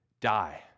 die